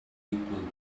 come